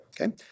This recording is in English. Okay